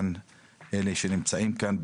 כל אלה שנמצאים כאן,